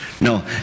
no